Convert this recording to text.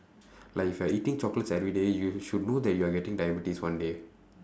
like if you're eating chocolates everyday you should know that you are getting diabetes one day